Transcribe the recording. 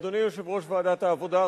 אדוני יושב-ראש ועדת העבודה,